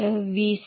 2 x 0